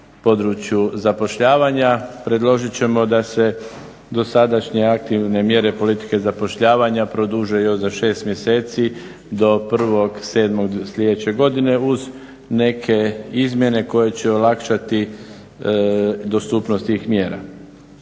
području zapošljavanja. Predložit ćemo da se dosadašnje aktivne mjere politike zapošljavanja produže još za 6 mjeseci do 1.7. sljedeće godine uz neke izmjene koje će olakšati dostupnost tih mjera.